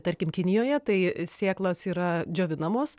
tarkim kinijoje tai sėklos yra džiovinamos